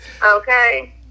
okay